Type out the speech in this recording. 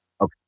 Okay